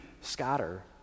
scatter